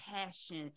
passion